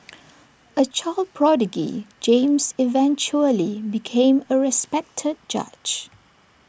A child prodigy James eventually became A respected judge